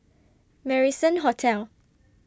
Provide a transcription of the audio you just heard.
Marrison Hotel